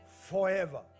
forever